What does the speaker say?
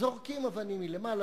זורקים אבנים מלמעלה,